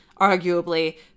arguably